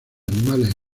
animales